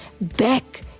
back